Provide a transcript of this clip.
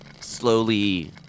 slowly